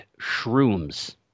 Shrooms